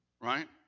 right